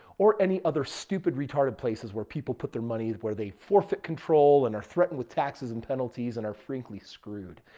or any other stupid retarded places where people put their money where they forfeit control and are threatened with taxes and penalties and are frankly screwed.